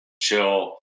chill